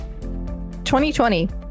2020